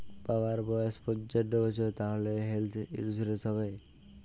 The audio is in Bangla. বাবার বয়স পঞ্চান্ন বছর তাহলে হেল্থ ইন্সুরেন্স হবে?